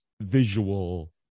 visual